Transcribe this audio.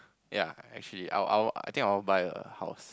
ya actually I'll I'll I think I want to buy a house